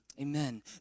Amen